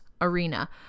Arena